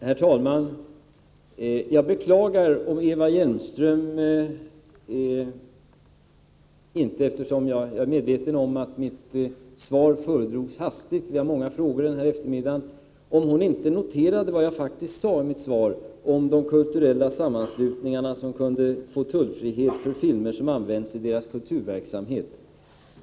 Herr talman! Jag är medveten om att mitt svar föredrogs hastigt — vi har många frågor denna eftermiddag. Jag beklagar om Eva Hjelmström inte noterade vad jag faktiskt sade i mitt svar om de kulturella sammanslutningarna som kunde få tullfrihet för filmer som används i deras kulturverksamhet.